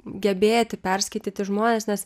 gebėti perskaityti žmones nes